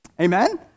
Amen